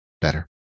better